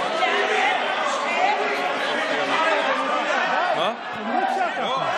אחמד, די, אי-אפשר ככה.